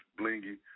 Blingy